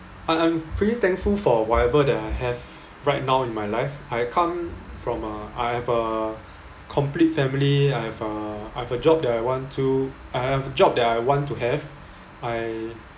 I I'm pretty thankful for whatever that I have right now in my life I come from a I have a complete family I have a I have a job that I want to I have a job that I want to have I